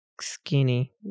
skinny